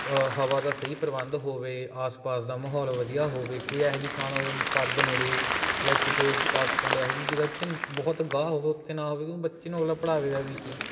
ਹਵਾ ਦਾ ਸਹੀ ਪ੍ਰਬੰਧ ਹੋਵੇ ਆਸ ਪਾਸ ਦਾ ਮਾਹੌਲ ਵਧੀਆ ਹੋਵੇ ਕੋਈ ਇਹੋ ਜਿਹੀ ਥਾਂ ਨਾ ਹੋਵੇ ਪੱਬ ਨੇੜੇ ਜਾਂ ਕਿਤੇ ਬੱਸ ਸਟੈਂਡ ਇਹੋ ਜਿਹੀ ਜਗ੍ਹਾ ਜਿੱਥੇ ਬਹੁਤ ਗਾਹ ਹੋਵੇ ਉੱਥੇ ਨਾ ਹੋਵੇ ਕਿਉਂਕਿ ਬੱਚੇ ਨੂੰ ਅਗਲਾ ਪੜ੍ਹਾਵੇਗਾ ਵੀ ਕੀ